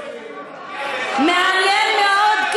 מעניין מאוד,